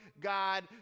God